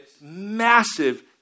massive